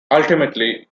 ultimately